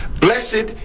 Blessed